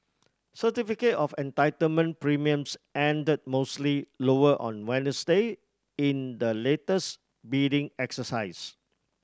certificate of Entitlement premiums ended mostly lower on Wednesday in the latest bidding exercise